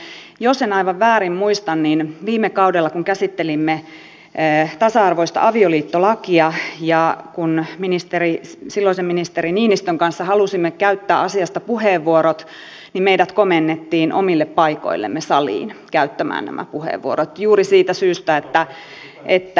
nimittäin jos en aivan väärin muista niin viime kaudella kun käsittelimme tasa arvoista avioliittolakia ja kun silloisen ministeri niinistön kanssa halusimme käyttää asiasta puheenvuorot niin meidät komennettiin omille paikoillemme saliin käyttämään nämä puheenvuorot juuri siitä syystä että